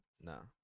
No